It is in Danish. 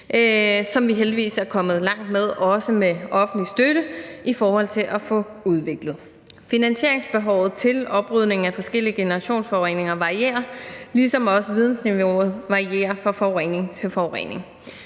som vi heldigvis er kommet langt med – også med offentlig støtte – at få udviklet. Finansieringsbehovet til oprydning af forskellige generationsforureninger varierer, ligesom også vidensniveauet varierer fra forurening til forurening.